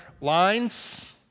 lines